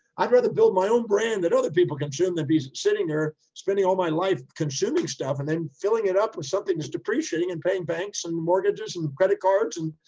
i'd rather build my own brand that other people consume than be sitting there, spending all my life consuming stuff and then filling it up with something that's depreciating and paying banks and mortgages and credit cards and,